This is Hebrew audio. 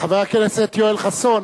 הכנסת כץ